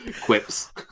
Quips